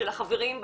של החברים,